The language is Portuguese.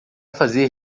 fazer